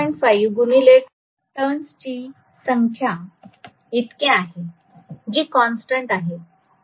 5 गुणिले टर्न्स ची संख्या इतके आहे जी कॉन्स्टंट आहे